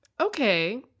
Okay